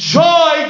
joy